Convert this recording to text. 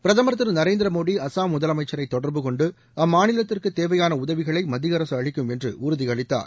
பிரதமர் திரு நரேந்திர மோடி அசாம் முதலமைச்சரை தொடர்பு கொண்டு அம்மாநிலத்திற்கு தேவையாள உதவிகளை மத்திய அரசு அளிக்கும் என்று உறுதியளித்துள்ளார்